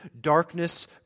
darkness